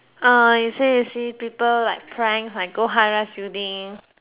ah you see you see people like pranks like go high-rise building